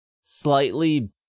slightly